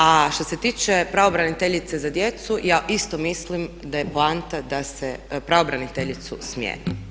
A što se tiče pravobraniteljice za djecu ja isto mislim da je poanta da se pravobraniteljicu smijeni.